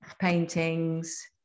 paintings